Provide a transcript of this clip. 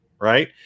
right